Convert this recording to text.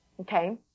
okay